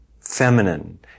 feminine